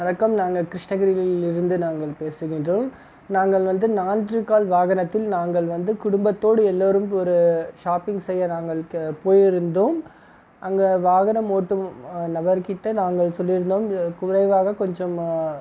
வணக்கம் நாங்கள் கிருஷ்ணகிரியிலிருந்து நாங்கள் பேசுகின்றோம் நாங்கள் வந்து நான்கு கால் வாகனத்தில் நாங்கள் வந்து குடும்பத்தோடு எல்லோரும் ஒரு ஷாப்பிங் செய்ய நாங்கள் போய்ருந்தோம் அங்கே வாகனம் ஓட்டும் நபர்கிட்ட நாங்கள் சொல்லியிருந்தோம் குறைவாக கொஞ்சம்